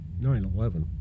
9-11